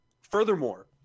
Furthermore